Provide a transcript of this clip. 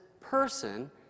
person